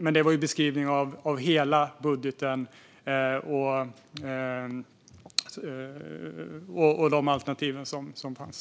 Men detta var en beskrivning av hela budgeten och de alternativ som fanns.